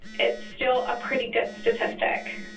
it's still a pretty good statistic.